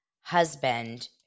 husband